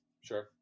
Sure